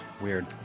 weird